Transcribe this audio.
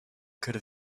could